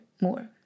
more